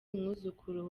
umwuzukuru